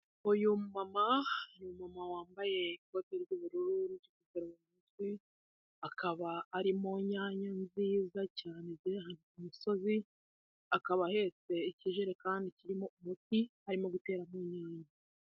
uyu mu mama ,ni umu mama wambaye ikote ry'ubururu n'ingofero mu mutwe, akaba ari mu nyanya nziza cyane ziri hejuru ku musozi, akaba ahetse ikijerekani kirimo umuti, arimo gutera izi nyanya.